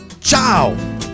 Ciao